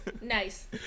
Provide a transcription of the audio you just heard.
Nice